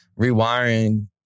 rewiring